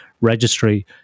registry